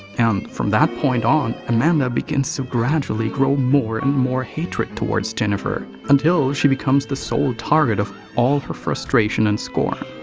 and from that point on, amanda begins to so gradually grow more and more hatred towards jennifer until she becomes the sole target of all her frustration and scorn.